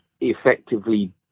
effectively